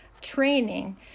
training